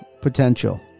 potential